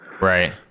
right